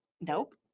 nope